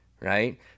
Right